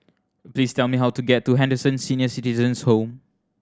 please tell me how to get to Henderson Senior Citizens' Home